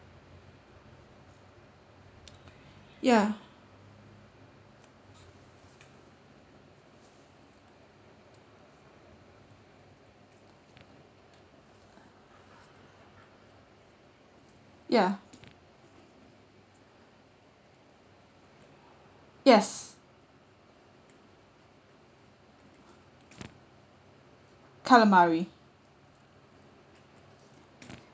ya ya yes calamari